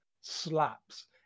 slaps